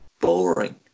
Boring